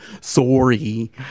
Sorry